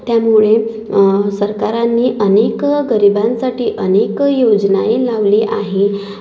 त्यामुळे सरकारांनी अनेक गरिबांसाठी अनेक योजनाए लावली आहे